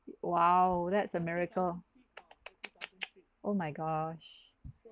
!wow! that's a miracle oh my gosh